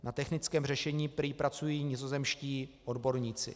Na technickém řešení prý pracují nizozemští odborníci.